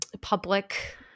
public